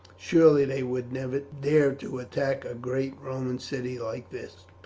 surely they would never dare to attack a great roman city like this!